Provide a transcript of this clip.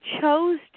chose